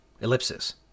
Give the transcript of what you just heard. Ellipsis